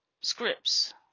scripts